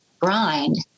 grind